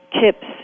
tips